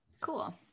cool